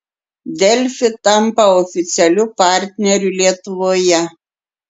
delfi tampa oficialiu partneriu lietuvoje